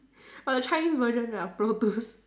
but the chinese version of pro tools